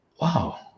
Wow